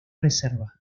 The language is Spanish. reserva